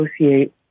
associate